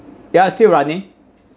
ya still running